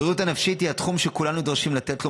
הבריאות הנפשית היא תחום שכולנו נדרשים לתת לו